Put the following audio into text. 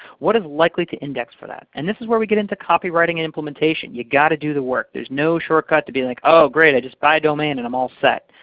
what is likely to index for that? and this is where we get into copywriting and implementation. you gotta do the work. there's no shortcut to be like, oh great. i just buy a domain, and i'm all set.